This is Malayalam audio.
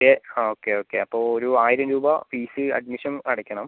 ഓക്കെ ഓക്കെ അപ്പോൾ ഒരു ആയിരം രൂപ ഫീസ് അഡ്മിഷൻ അടയ്ക്കണം